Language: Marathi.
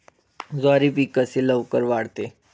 ज्वारी पीक कसे लवकर वाढते?